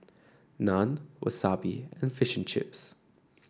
Naan Wasabi and Fish and Chips